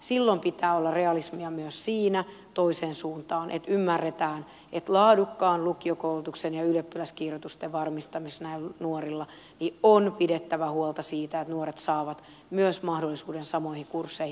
silloin pitää olla realismia siinä myös toiseen suuntaan että ymmärretään että laadukkaan lukiokoulutuksen ja ylioppilaskirjoitusten varmistamiseksi näille nuorille on pidettävä huolta siitä että nuoret saavat myös mahdollisuuden samoihin kursseihin